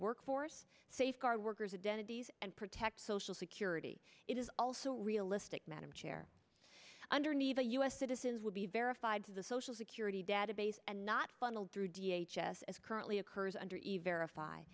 workforce safeguard workers a den of these and protect social security it is also realistic madam chair underneath the us citizens will be verified to the social security database and not funneled through d h s as currently occurs under eve